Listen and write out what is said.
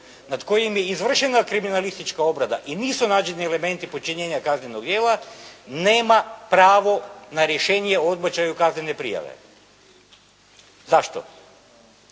nad kojim je izvršena kriminalistička obrada i nisu nađeni elementi počinjenja kaznenog djela, nema pravo na rješenje o odbačaju kaznene prijave. Zašto?